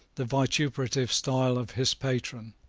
the vituperative style of his patron.